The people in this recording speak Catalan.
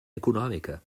econòmica